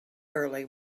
early